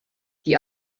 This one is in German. die